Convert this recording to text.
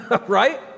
right